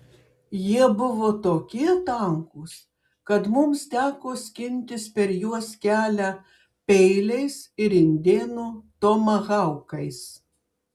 jie buvo tokie tankūs kad mums teko skintis per juos kelią peiliais ir indėnų tomahaukais